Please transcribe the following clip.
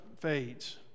fades